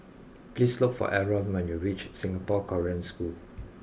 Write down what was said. please look for Aron when you reach Singapore Korean School